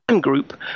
group